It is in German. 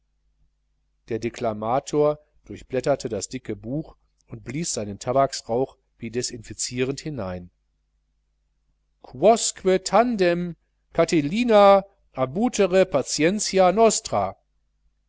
der deklamator durchblätterte das dicke buch und blies seinen tabaksrauch wie desinfizierend hinein quousque tandem catilina abutere patientia nostra